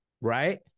Right